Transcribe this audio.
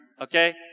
okay